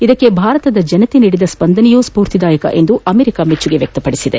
ಇದಕ್ಕೆ ಭಾರತದ ಜನತೆ ನೀಡಿದ ಸ್ಪಂದನೆ ಸ್ವೂರ್ತಿದಾಯಕ ಎಂದು ಅಮೆರಿಕಾ ಮೆಚ್ಚುಗೆ ವ್ಯಕ್ತಪಡಿಸಿದೆ